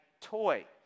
toy